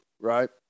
right